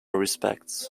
respects